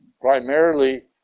primarily